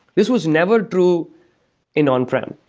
this was never true in on-prem,